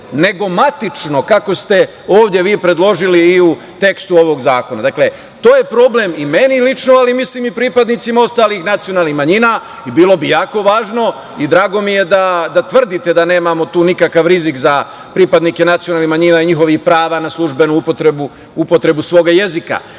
nego matično, kako ste ovde vi predložili i u tekstu ovog zakona. Dakle, to je problem i meni lično, ali mislim i pripadnicima ostalih nacionalnih manjina i bilo bi jako važno i drago mi je da tvrdite da nemamo tu nikakav rizik za pripadnike nacionalnih manjina i njihovih prava na službenu upotrebu svog jezika.